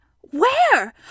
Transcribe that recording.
Where